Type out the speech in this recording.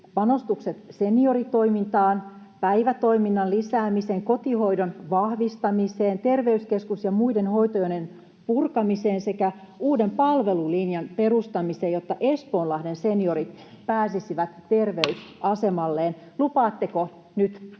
panostukset senioritoimintaan, päivätoiminnan lisäämiseen, kotihoidon vahvistamiseen, terveyskeskus- ja muiden hoitojonojen purkamiseen sekä uuden palvelulinjan perustamiseen, jotta Espoonlahden seniorit pääsisivät terveysasemalleen.